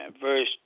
verse